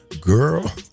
Girl